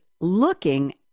looking